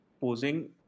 posing